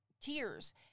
tears